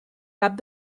cap